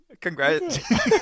Congrats